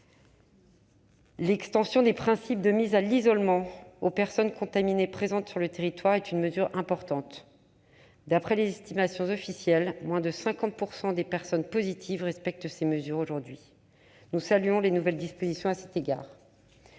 L'extension des principes de mise à l'isolement des personnes contaminées présentes sur le territoire est une mesure importante. D'après les estimations officielles, moins de 50 % des personnes positives respectent ces mesures aujourd'hui. Nous saluons les nouvelles dispositions à cet égard.